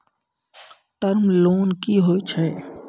Term loan कि होय छै?